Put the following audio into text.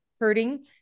hurting